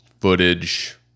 footage